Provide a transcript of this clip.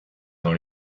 dans